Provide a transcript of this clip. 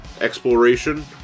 exploration